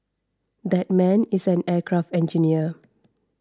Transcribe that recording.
that man is an aircraft engineer